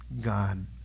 God